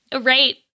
Right